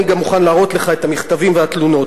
אני גם מוכן להראות לך את המכתבים והתלונות.